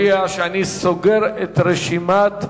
הצעת חוק המשטרה (דין משמעתי,